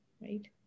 Right